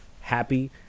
happy